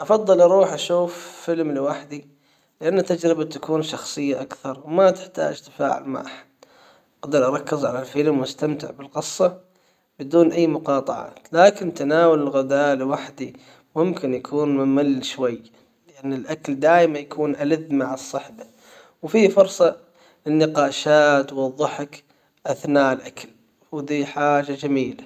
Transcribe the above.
افضل اروح اشوف فيلم لوحدي لان تجربه تكون شخصية اكثر وما تحتاج تفاعل مع احد. اقدر اركز على الفيلم واستمتع بالقصة بدون اي مقاطعات لكن تناول الغداء لوحدي ممكن يكون ممل شوي. لان الاكل دايما يكون الذ مع الصحبة وفيه فرصة للنقاشات والضحك اثناء الاكل وذي حاجة جميلة